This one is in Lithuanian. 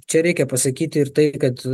čia reikia pasakyti ir tai kad